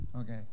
okay